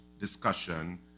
discussion